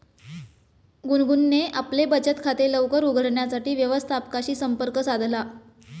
गुनगुनने आपले बचत खाते लवकर उघडण्यासाठी व्यवस्थापकाशी संपर्क साधला